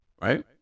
right